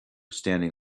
standing